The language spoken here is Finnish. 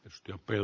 osti opel